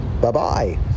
Bye-bye